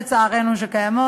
לצערנו,